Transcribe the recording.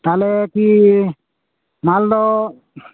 ᱛᱟᱦᱚᱞᱮ ᱠᱤ ᱢᱟᱞ ᱫᱚ